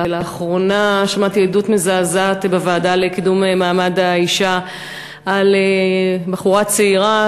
לאחרונה שמעתי עדות מזעזעת בוועדה לקידום מעמד האישה על בחורה צעירה